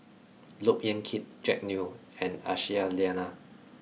look Yan Kit Jack Neo and Aisyah Lyana